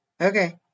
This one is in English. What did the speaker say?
Okay